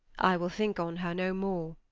i will think on her no more,